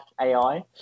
AI